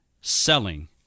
selling